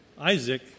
Isaac